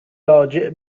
راجع